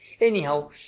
Anyhow